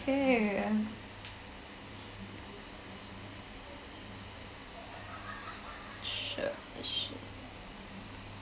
okay um sure sure